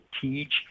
teach